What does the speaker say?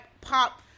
pop